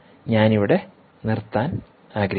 ഞാൻ ഇവിടെ നിർത്താൻ ആഗ്രഹിക്കുന്നു